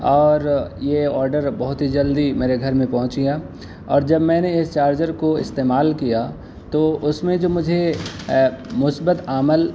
اور یہ آڈر بہت ہی جلدی میرے گھر میں پہنچ گیا اور جب میں نے اس چارجر کو استعمال کیا تو اس میں جو مجھے مثبت عمل